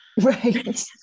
right